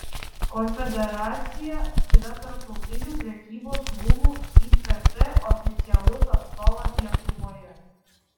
konfederacija yra tarptautinių prekybos rūmų icc oficialus atstovas lietuvoje